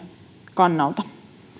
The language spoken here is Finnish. kannalta